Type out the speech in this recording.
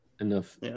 enough